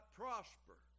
prosper